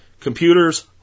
Computers